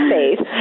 faith